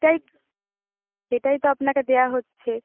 সেই সেটাই তো আপনাকে দেওয়া হচ্ছে